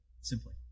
simply